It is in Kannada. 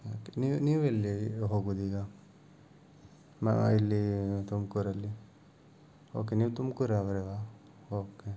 ಓಕೆ ನೀವು ಎಲ್ಲಿ ನೀವು ಎಲ್ಲಿಗೆ ಹೋಗುದೀಗ ಇಲ್ಲಿ ತುಮಕೂರಲ್ಲಿ ಓಕೆ ನೀವು ತುಮಕೂರವರಾ ಓಕೆ